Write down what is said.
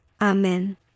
Amen